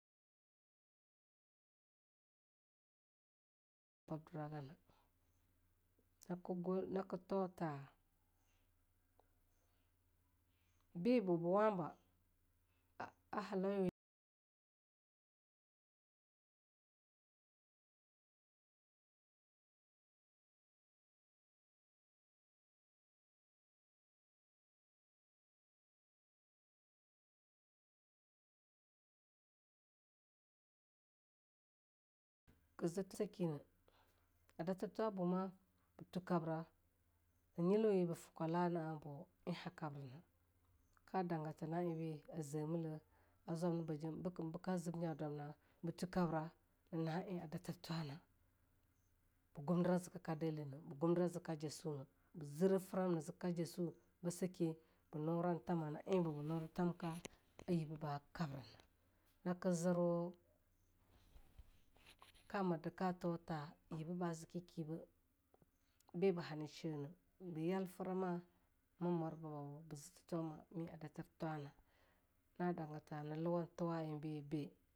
Bab dura gana, na gwal, naka tuta bibu ba wabah a halau wi ki zir saki na a datir thwa buma ba tu kabra nyilwi ba fa kwalana abo eh ha kabri na. ka dange ta na eh bi a ze millah a zwabniba jem bikam bika zib nyadwamna batu kabra na eh a datir thwana, ba gundira zikka deleh nah, gumdira zikka jessu na ba zira fram na zikka jessu ba sake ba nuran thamana na eh buba nura thanka a yibibnah kabrina. naka zirwu kama taka tuta yibiah zizi kiba biba ha na she'anah ba yal frama ma mworba bu me a datir thwana. na danga tana luwan tuwa eh bi be.